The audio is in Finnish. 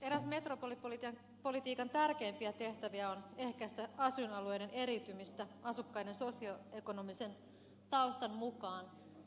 eräs metropolipolitiikan tärkeimpiä tehtäviä on ehkäistä asuinalueiden eriytymistä asukkaiden sosioekonomisen taustan mukaan